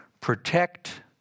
protect